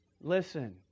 Listen